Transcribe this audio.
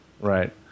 Right